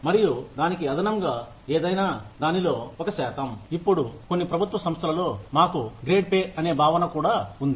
మరియు దానికి అదనంగా ఏదైనా దానిలో ఒక శాతం ఇప్పుడు కొన్ని ప్రభుత్వ సంస్థలలో మాకు గ్రేడ్ పే అనే భావన కూడా ఉంది